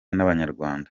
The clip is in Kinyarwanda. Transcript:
n’abanyarwanda